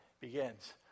begins